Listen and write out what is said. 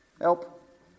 Help